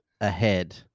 ahead